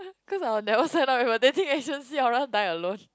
cause I'll never set up with a dating agency I'll rather die alone